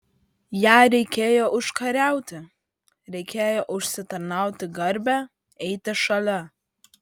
ją reikėjo užkariauti reikėjo užsitarnauti garbę eiti šalia